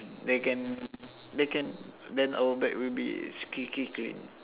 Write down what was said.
they can they can then our back will be squeaky clean